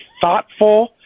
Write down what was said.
thoughtful